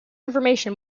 information